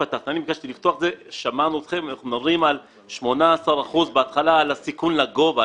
ביקשתי לפתוח ואנחנו מדברים על 18% בהתחלה על הסיכון לגובה.